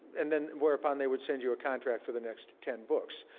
and then whereupon they would send you a contract for the next ten books.